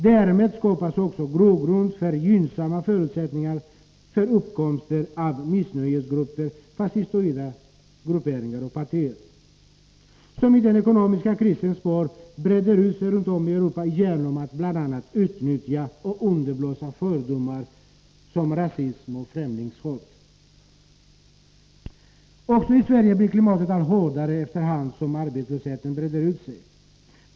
Därmed skapas också grogrund och gynnsamma förutsättningar för uppkomsten av missnöjesgrupper och fascistoida grupperingar och partier, som i den ekonomiska krisens spår breder ut sig runt om i Europa genom att bl.a. utnyttja och underblåsa fördomar som rasism och främlingshat. Också i Sverige blir klimatet allt hårdare efter hand som arbetslösheten breder ut sig.